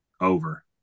over